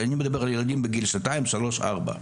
אני מדבר על ילדים בגיל שנתיים, שלוש וארבע.